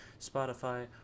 Spotify